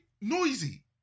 noisy